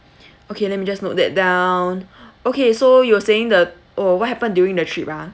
okay let me just note that down okay so you were saying the oh what happened during the trip ah